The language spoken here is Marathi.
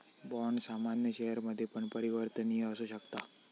बाँड सामान्य शेयरमध्ये पण परिवर्तनीय असु शकता